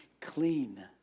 clean